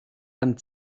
dann